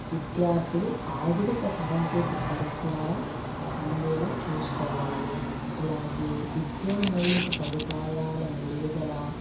విద్యార్థులు ఆధునిక సాంకేతిక పరిజ్ఞానం అందేలాగ చూసుకోవాలి అలాగే విద్యా మౌలిక సదుపాయాల మెరుగుదల